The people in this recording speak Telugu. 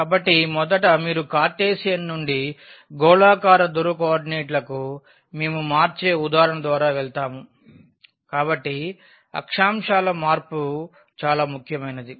కాబట్టి మొదట మీరు కార్టెసియన్ నుండి పోలార్ గోళాకార ధ్రువ కోఆర్డినేట్లకు మార్చే ఉదాహరణ ద్వారా వెళ్తాము కాబట్టి అక్షాంశాల మార్పు చాలా ముఖ్యమైనది